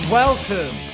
welcome